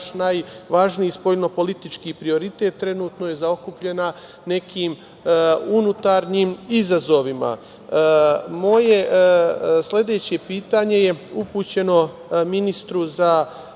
najvažniji spoljnopolitički prioritet, trenutno je zaokupljena nekim unutrašnjim izazovima. Moje sledeće pitanje je upućeno ministru za